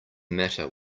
matter